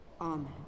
Amen